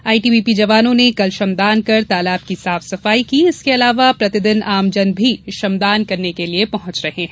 ITBP जवानों ने कल श्रमदान कर तालाब की साफ सफाई की इसके अलावा प्रतिदिन आमजन श्रमदान करने के लिए आ रहे हैं